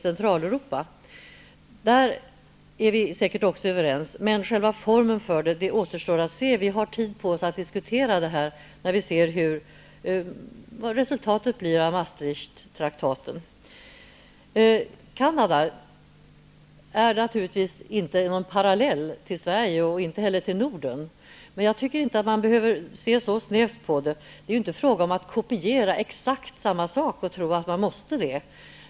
Men hur det skall ske återstår att se. Vi har tid på oss att diskutera detta när vi sett vad resultaten blir av Maasstrichttraktaten. Canada är naturligtvis inte någon parallell till Sverige eller till Norden, men jag tycker inte att man behöver se så snävt på det. Det är inte fråga om att exakt kopiera den kanadensiska modellen.